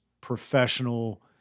professional